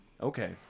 okay